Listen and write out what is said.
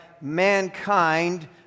mankind